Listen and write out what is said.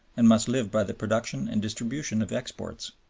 and must live by the production and distribution of exports.